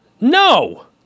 No